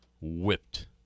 whipped